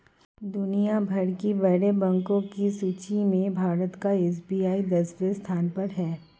दुनिया भर के बड़े बैंको की सूची में भारत का एस.बी.आई दसवें स्थान पर है